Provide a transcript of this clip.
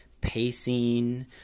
pacing